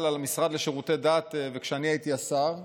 על המשרד לשירותי דת כשאני הייתי השר.